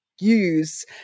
use